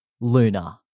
Luna